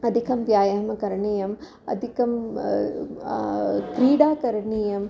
अधिकं व्यायामं करणीयम् अधिकां क्रीडां करणीया